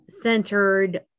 centered